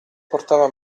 portava